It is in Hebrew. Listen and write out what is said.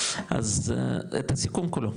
אז את הסיכום כולו